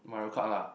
Mario-Kart lah